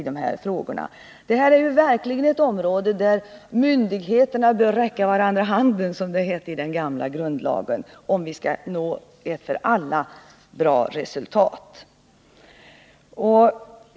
Detta är verkligen ett område där myndigheterna bör räcka varandra handen, som det hette i den gamla grundlagen, om vi skall nå ett för alla bra resultat.